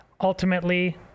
ultimately